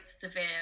severe